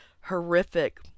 horrific